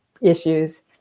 issues